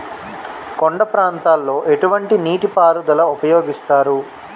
కొండ ప్రాంతాల్లో ఎటువంటి నీటి పారుదల ఉపయోగిస్తారు?